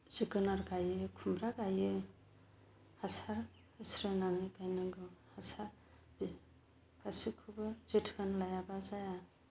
जोगोनार गायो खुमब्रा गायो हासार होस्रोनानै गायनांगौ हासार बे गासैखौबो जोथोन लायाबा जाया